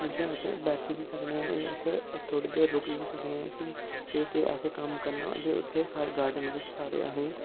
जित्थें अस बैठी बी सकने आं ते उत्थें थोह्ड़ी देर रुकी बी सकने आं कि केह् केह् असें कम्म करना ते उत्थें सारे गार्डन बिच्च सारे अहें